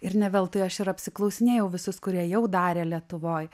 ir ne veltui aš ir apsiklausinėjau visus kurie jau darė lietuvoj